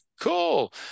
Cool